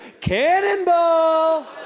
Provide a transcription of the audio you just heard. cannonball